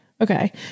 Okay